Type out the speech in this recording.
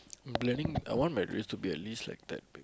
I want my wrist to be at least like that babe